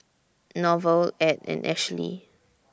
Norval Ed and Ashlie